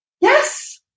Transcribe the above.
Yes